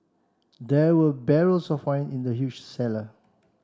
there were barrels of wine in the huge cellar